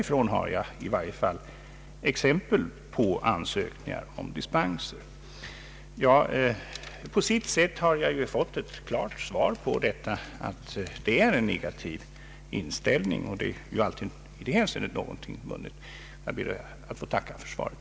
Från dessa städer har jag exempel på ansökningar om dispenser. På sitt sätt har jag fått ett klart besked om att en negativ inställning råder. Så i det hänseendet är alltid någonting vunnet. Jag ber att få tacka för svaret.